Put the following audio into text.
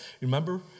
Remember